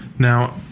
Now